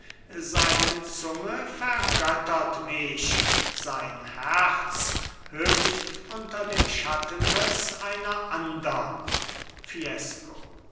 seine zunge vergöttert mich sein herz hüpft unter dem schattenriß einer andern fiesco